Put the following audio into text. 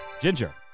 Ginger